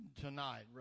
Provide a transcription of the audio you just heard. tonight